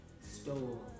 stole